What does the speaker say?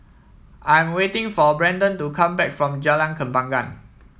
I'm waiting for Brandan to come back from Jalan Kembangan